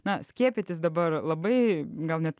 na skiepytis dabar labai gal net